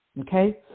Okay